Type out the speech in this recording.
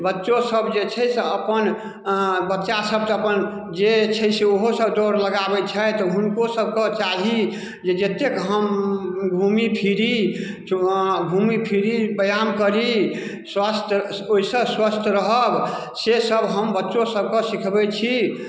बच्चो सब जे छै से अपन बच्चा सब तऽ अपन जे छै सेहो ओहो सब दौड़ लगाबै छथि हुनको सबके चाही जे जतेक हम घूमी फिरी घूमी फिरी व्यायाम करी स्वास्थ ओइसँ स्वस्थ रहब से सब हम बच्चो सबके सीखबै छी